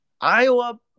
Iowa